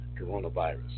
coronavirus